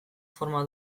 forma